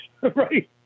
right